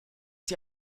sie